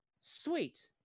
Sweet